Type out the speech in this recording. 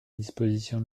disposition